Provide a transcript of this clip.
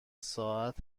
ساعت